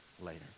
later